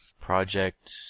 Project